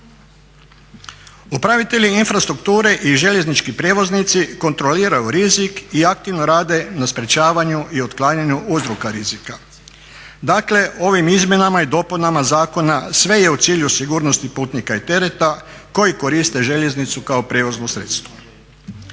Upravitelji infrastrukture i željeznički prijevoznici kontroliraju rizik i aktivno rade na sprečavanju i otklanjanju uzroka rizika. Dakle, ovim izmjenama i dopunama zakona sve je u cilju sigurnosti putnika i tereta koji koriste željeznicu kao prijevozno sredstvo.